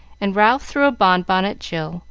and ralph threw a bon-bon at jill,